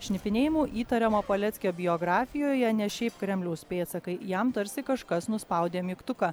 šnipinėjimu įtariamo paleckio biografijoje ne šiaip kremliaus pėdsakai jam tarsi kažkas nuspaudė mygtuką